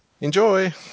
Enjoy